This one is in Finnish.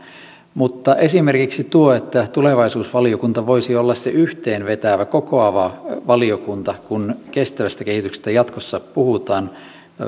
mutta esimerkiksi tuo että tulevaisuusvaliokunta voisi olla se yhteen vetävä kokoava valiokunta kun kestävästä kehityksestä jatkossa puhutaan